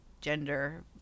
gender